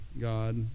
God